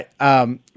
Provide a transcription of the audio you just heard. right